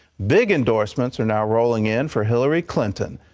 big endorsements are now rolling in for hillary clinton.